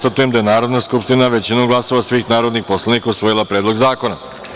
Konstatujem da je Narodna skupština većinom glasova svih narodnih poslanika usvojila Predlog zakona.